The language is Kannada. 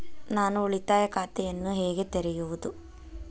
ನಾನು ಉಳಿತಾಯ ಖಾತೆಯನ್ನು ಹೇಗೆ ತೆರೆಯುವುದು?